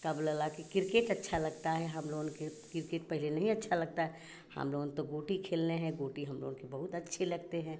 का बोला ला कि क्रिकेट अच्छा लगता है हम लोगों के क्रिकेट पहले नहीं अच्छा लगता है हम लोगों तो गोटी खेले हैं गोटी हम लोग के बहुत अच्छे लगते हैं